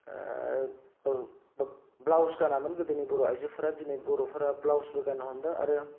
अ blouse गानामोन दिनै बर'फोरा ब्लाउसबो गान्नो हमदों आरो